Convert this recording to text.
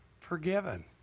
forgiven